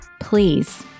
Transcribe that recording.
please